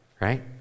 right